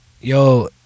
Yo